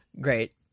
great